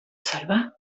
salvar